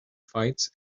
fights